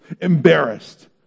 Embarrassed